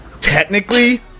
technically